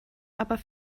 aber